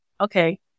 okay